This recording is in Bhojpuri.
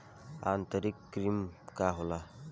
आंतरिक कृमि का होला?